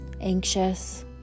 anxious